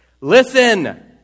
Listen